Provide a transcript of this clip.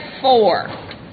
four